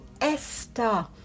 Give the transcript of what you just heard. Esther